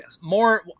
more